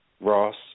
Ross